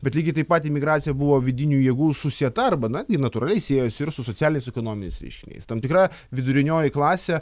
bet lygiai taip pat imigracija buvo vidinių jėgų susieta arba na ji natūraliai siejasi ir su socialiniais ekonominiais reiškiniais tam tikra vidurinioji klasė